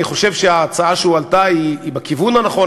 אני חושב שההצעה שהועלתה היא בכיוון הנכון,